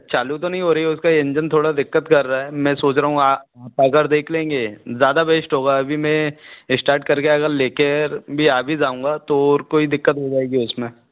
चालू तो नहीं हो रही है उसका इंजन थोरा दिक्कत कर रहा है मैं सोच रहा हूँ अगर देख लेंगे ज़्यादा बेश्ट होगा अभी में इस्टार्ट कर के अगर ले कर भी आ भी जाऊँगा तो और कोई दिक्कत हो जाएगी उसमें